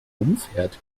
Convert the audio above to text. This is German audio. umfährt